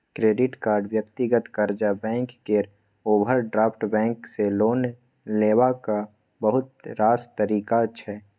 credit card, व्यक्तिगत कर्जा, bank केर ओवरड्राफ्ट बैंक सँ लोन लेबाक बहुत रास तरीका छै